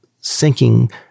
sinking